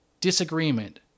disagreement